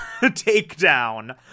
takedown